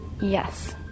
Yes